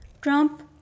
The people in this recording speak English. Trump